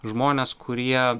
žmones kurie